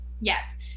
Yes